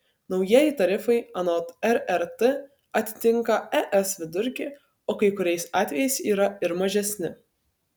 naujieji tarifai anot rrt atitinka es vidurkį o kai kuriais atvejais yra ir mažesni